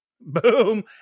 Boom